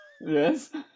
yes